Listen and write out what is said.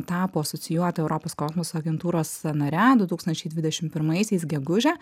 tapo asocijuota europos kosmoso agentūros nare du tūkstančiai dvidešim pirmaisiais gegužę